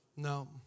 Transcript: No